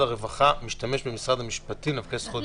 הרווחה משתמש במשרד המשפטים לבקש זכות דיבור.